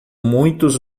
muitos